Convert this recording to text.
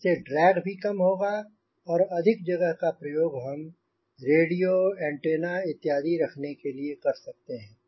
इससे ड्रैग भी कम होगा और अधिक जगह का प्रयोग हम रेडियो एंटीना इत्यादि रखने के लिए कर सकते हैं